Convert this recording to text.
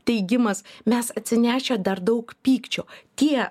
teigimas mes atsinešę dar daug pykčio tie